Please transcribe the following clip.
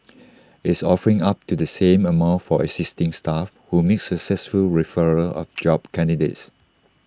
it's offering up to the same amount for existing staff who make successful referrals of job candidates